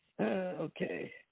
Okay